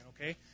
okay